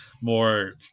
more